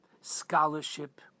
scholarship